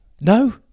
No